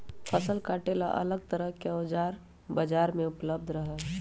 फसल काटे ला अलग तरह के औजार बाजार में उपलब्ध रहा हई